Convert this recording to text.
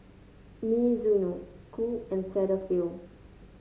Mizuno Qoo and Cetaphil